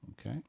Okay